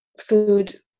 food